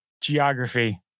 geography